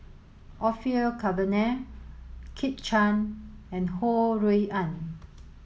Orfeur Cavenagh Kit Chan and Ho Rui An